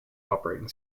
operating